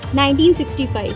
1965